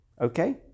okay